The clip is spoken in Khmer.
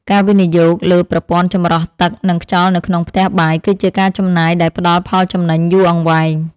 ការវិនិយោគលើប្រព័ន្ធចម្រោះទឹកនិងខ្យល់នៅក្នុងផ្ទះបាយ គឺជាការចំណាយដែលផ្តល់ផលចំណេញយូរអង្វែង។